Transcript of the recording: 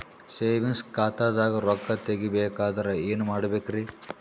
Savings ಖಾತಾದಾಗ ರೊಕ್ಕ ತೇಗಿ ಬೇಕಾದರ ಏನ ಮಾಡಬೇಕರಿ?